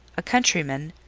a countryman,